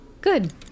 Good